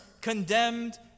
condemned